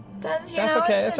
that's yeah okay.